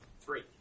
Three